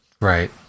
Right